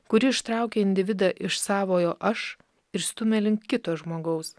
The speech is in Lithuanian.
kuri ištraukia individą iš savojo aš ir stumia link kito žmogaus